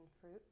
fruit